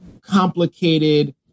complicated